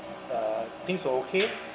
uh things were okay